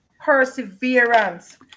perseverance